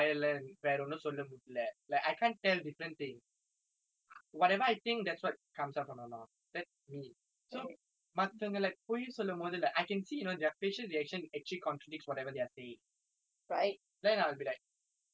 whatever I think that's what comes out from my mouth that's me so மத்தவங்க:mathavanga like பொய் சொல்லும் போது:poi sollum pothu like I can see you know their facial reaction actually contradicts whatever they are saying then I'll be like so what are they trying to say are they happy with it or they are no happy with it